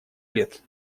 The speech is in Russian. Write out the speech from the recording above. лет